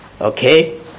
Okay